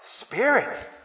Spirit